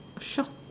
shop